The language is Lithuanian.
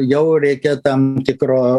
jau reikia tam tikro